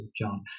John